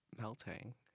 melting